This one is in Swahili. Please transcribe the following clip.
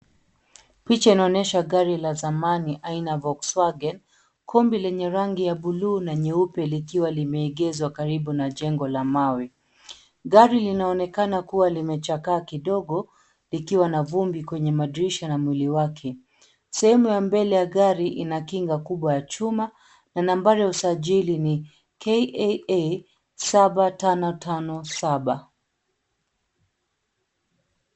Picha inaonyesha gari la zamani aina ya Volkswagen, kumbi lenye rangi ya bluu na nyeupe likiwa limeegeshwa karibu na jengo na mawe. Gari linaonekana kuwa limechakaa kidogo likiwa na vumbi kwenye madirisha an mwili wake. Sehemu ya mbele ya gari ina kinga kubwa ya chuma na nambari ya usajili ni KAA 7557